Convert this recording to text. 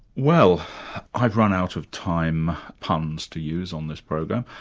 well i've run out of time puns to use on this program,